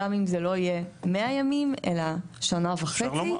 גם אם זה לא יהיה 100 ימים אלא שנה וחצי,